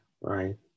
right